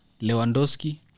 Lewandowski